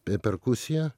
p perkusija